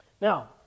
Now